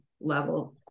level